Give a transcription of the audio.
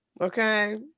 okay